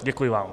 Děkuji vám.